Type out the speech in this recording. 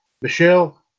Michelle